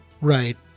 Right